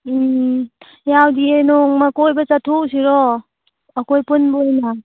ꯎꯝ ꯌꯥꯎꯗꯤꯑꯦ ꯅꯣꯡꯃ ꯀꯣꯏꯕ ꯆꯠꯊꯣꯛꯎꯁꯤꯔꯣ ꯑꯩꯈꯣꯏ ꯄꯨꯟꯕ ꯑꯣꯏꯅ